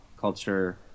culture